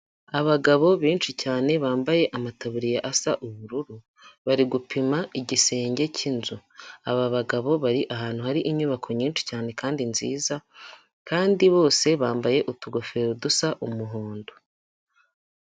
Abagabo benshi cyane bambaye amataburiya asa ubururu bari gupima igisenge cy'inzu, aba bagabo bari ahantu hari inyubako nyinshi cyane kandi nziza kandi bose bambaye utugofero dusa umuhondo.